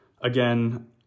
again